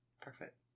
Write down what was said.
Perfect